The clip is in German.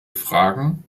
fragen